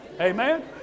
Amen